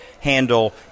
handle